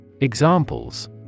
Examples